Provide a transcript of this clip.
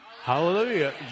Hallelujah